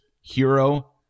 hero